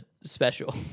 special